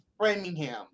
Framingham